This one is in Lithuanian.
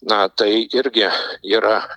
na tai irgi yra